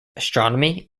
astronomy